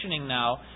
now